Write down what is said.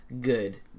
good